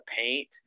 paint